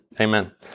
amen